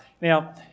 now